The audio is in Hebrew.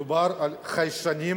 מדובר על חיישנים,